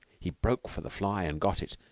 he broke for the fly and got it.